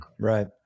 Right